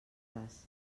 ras